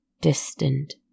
distant